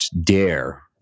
dare